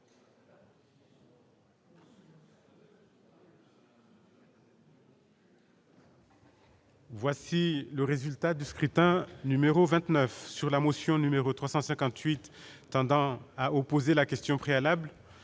Voici le résultat du scrutin numéro 29 sur la motion numéro 358 tendant à opposer la question préalable,